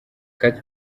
katy